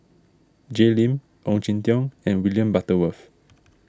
Jay Lim Ong Jin Teong and William Butterworth